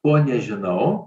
ko nežinau